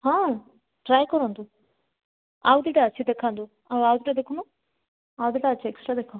ହଁ ଟ୍ରାଏ କରନ୍ତୁ ଆଉ ଦୁଇଟା ଅଛି ଦେଖାନ୍ତୁ ଆଉ ଦୁଇଟା ଦେଖୁନ ଆଉ ଦୁଇଟା ଅଛି ଏକ୍ସଟ୍ରା ଦେଖ